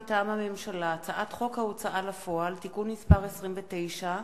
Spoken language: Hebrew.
מטעם הממשלה: הצעת חוק ההוצאה לפועל (תיקון מס' 29)